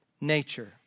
nature